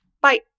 Bye